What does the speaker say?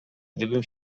gdym